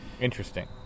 Interesting